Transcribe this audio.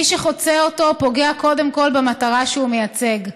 מי שחוצה אותו פוגע קודם כול במטרה שהוא מייצג.